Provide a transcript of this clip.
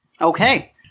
Okay